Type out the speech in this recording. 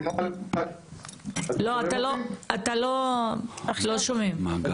לא, אתה לא, לא שומעים.